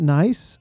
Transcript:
nice